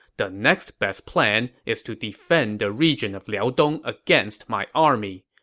the next best plan is to defend the region of liaodong against my army.